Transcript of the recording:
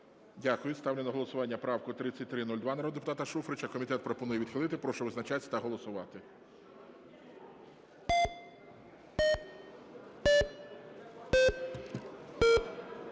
Дякую. Ставлю на голосування правку 3302 народного депутата Шуфрича. Комітет пропонує відхилити. Прошу визначатись та голосувати.